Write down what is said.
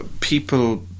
people